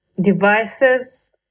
devices